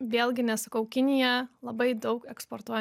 vėlgi nesakau kinija labai daug eksportuoja